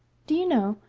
do you know,